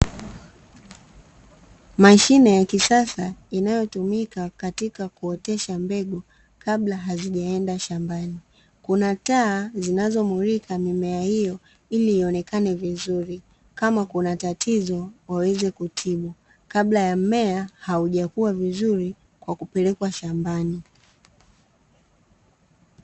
Mashine ya kisasa, inayotumika katika kuotesha mbegu kabla hazijaenda shambani, kuna taa zinazomulika mimea hiyo ili ionekane vizuri kama kuna tatizo waweze kutibu, kabla ya mmea haujakua vizuri kwa kupelekwa shambani.